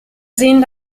sehen